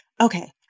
Okay